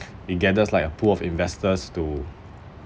it gathers like a pool of investors to